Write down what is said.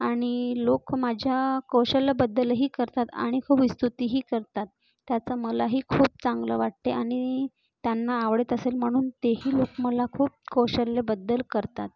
आणि लोक माझ्या कौशल्याबद्दलही करतात आणि खूप स्तुतीही करतात त्याचा मलाही खूप चांगलं वाटते आणि त्यांना आवडत असेल म्हणून तेही लोक मला खूप कौशल्याबद्दल करतात